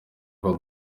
yvan